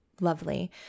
lovely